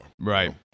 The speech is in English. right